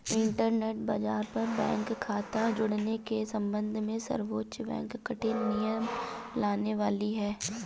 internet बाज़ार पर bank खता जुड़ने के सम्बन्ध में सर्वोच्च बैंक कठिन नियम लाने वाली है